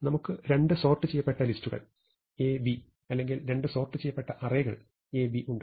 നമുക്ക് രണ്ട് സോർട്ട് ചെയ്യപ്പെട്ട ലിസ്റ്റുകൾ A B അല്ലെങ്കിൽ രണ്ട് സോർട്ട് ചെയ്യപ്പെട്ട അറേകൾ A B ഉണ്ട്